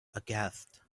aghast